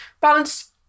Balance